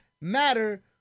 matter